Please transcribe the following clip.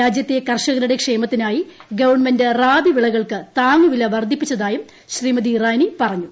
രാജ്യത്തെ കർഷകരുടെ ക്ഷേമത്തിനായി ഗവൺമെന്റ് റാബി വിളകൾക്ക് താങ്ങുവില വർദ്ധിപ്പിച്ചതായും ശ്രീമതി ഇറാനി പറഞ്ഞു